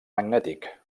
magnètic